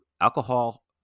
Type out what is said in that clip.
alcohol